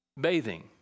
bathing